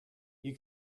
you